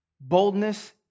Boldness